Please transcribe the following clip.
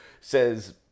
says